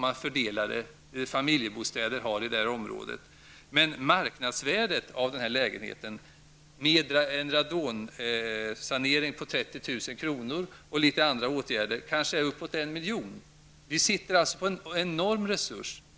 Men marknadsvärdet efter en radonsanering till en kostnad av 30 000 kr. tillsammans med en del andra åtgärder är kanske upp emot 1 milj.kr.